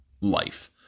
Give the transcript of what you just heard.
life